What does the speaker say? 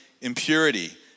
impurity